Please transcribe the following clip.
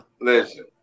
Listen